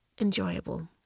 enjoyable